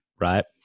Right